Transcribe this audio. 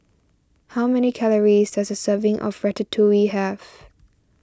how many calories does a serving of Ratatouille have